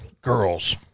Girls